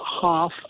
half